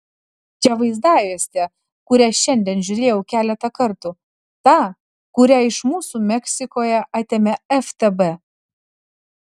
čia vaizdajuostė kurią šiandien žiūrėjau keletą kartų ta kurią iš mūsų meksikoje atėmė ftb